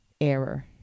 error